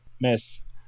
miss